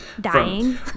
Dying